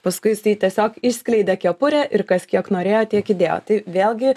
paskui jisai tiesiog išskleidė kepurę ir kas kiek norėjo tiek įdėjo tai vėlgi